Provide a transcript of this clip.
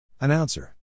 Announcer